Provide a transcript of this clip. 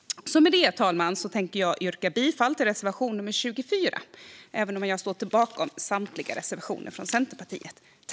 Fru talman! Jag yrkar bifall till reservation nummer 24, även om jag står bakom samtliga reservationer från Centerpartiet.